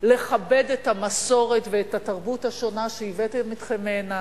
לכבד את המסורת ואת התרבות השונה שהבאתם אתכם הנה,